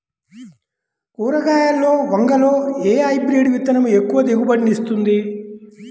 కూరగాయలలో వంగలో ఏ హైబ్రిడ్ విత్తనం ఎక్కువ దిగుబడిని ఇస్తుంది?